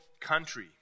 country